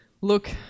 look